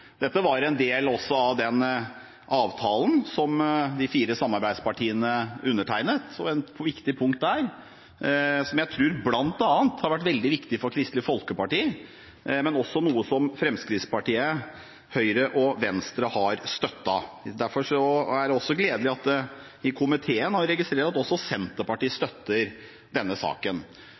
de fire samarbeidspartiene undertegnet – et viktig punkt der – som jeg tror bl.a. har vært veldig viktig for Kristelig Folkeparti, men det er også noe som Fremskrittspartiet, Høyre og Venstre har støttet. Derfor er det gledelig å registrere at også Senterpartiet i komiteen støtter denne saken. Flere av oss har